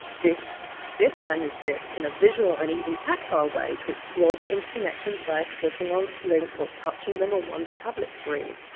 this this manuscript in a visual and even tactile way to explore the interconnections by clicking on links or touching them on one's tablet screen?